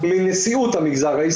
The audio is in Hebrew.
מנשיאות המגזר העסקי.